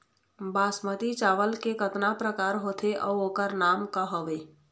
बासमती चावल के कतना प्रकार होथे अउ ओकर नाम क हवे?